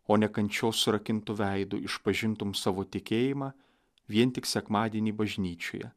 o ne kančios surakintu veidu išpažintum savo tikėjimą vien tik sekmadienį bažnyčioje